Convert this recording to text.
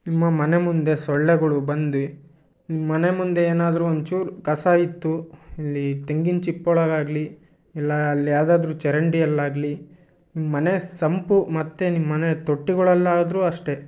ನಿಮ್ಮ ಮನೆ ಮುಂದೆ ಸೊಳ್ಳೆಗಳು ಬಂದು ನಿಮ್ಮ ಮನೆ ಮುಂದೆ ಏನಾದರು ಒಂಚೂರು ಕಸ ಇತ್ತು ಇಲ್ಲಿ ತೆಂಗಿನ ಚಿಪ್ಪೊಳಗಾಗಲಿ ಇಲ್ಲ ಅಲ್ಲಿ ಯಾವ್ದಾದ್ರು ಚರಂಡಿಯಲ್ಲಾಗಲಿ ನಿಮ್ಮ ಮನೆ ಸಂಪು ಮತ್ತು ನಿಮ್ಮ ಮನೆ ತೊಟ್ಟಿಗಳಲ್ಲಾದ್ರು ಅಷ್ಟೇ